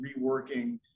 reworking